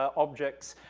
ah objects,